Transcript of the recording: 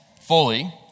fully